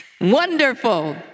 wonderful